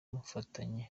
mufatanye